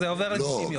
זה עובר ל-90 יום.